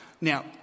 Now